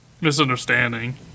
misunderstanding